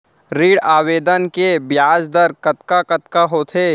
ऋण आवेदन के ब्याज दर कतका कतका होथे?